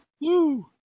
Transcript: Woo